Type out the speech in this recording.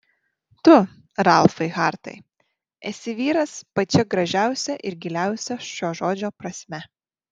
tu ralfai hartai esi vyras pačia gražiausia ir giliausia šio žodžio prasme